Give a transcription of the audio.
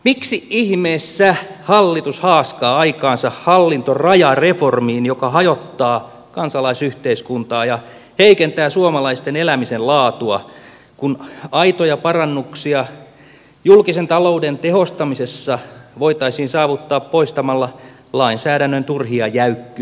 miksi ihmeessä hallitus haaskaa aikaansa hallintorajareformiin joka hajottaa kansalaisyhteiskuntaa ja heikentää suomalaisten elämisen laatua kun aitoja parannuksia julkisen talouden tehostamisessa voitaisiin saavuttaa poistamalla lainsäädännön turhia jäykkyyksiä